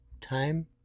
time